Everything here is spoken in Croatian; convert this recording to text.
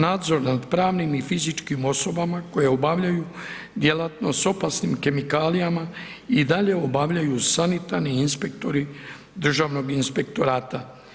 Nadzor nad pravnim i fizičkim osobama koje obavljaju djelatnost s opasnim kemikalijama i dalje obavljaju sanitarni inspektori državnog inspektorata.